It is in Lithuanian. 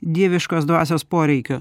dieviškos dvasios poreikiu